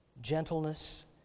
gentleness